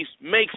makes